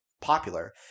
popular